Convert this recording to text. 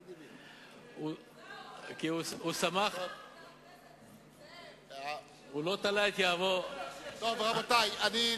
הוא לא השליך את יהבו על הקדוש-ברוך-הוא,